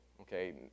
okay